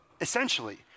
essentially